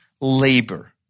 labor